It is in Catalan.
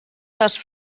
les